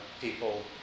people